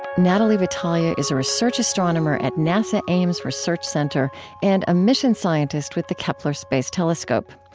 natalie batalha is a research astronomer at nasa ames research center and a mission scientist with the kepler space telescope.